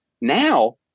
now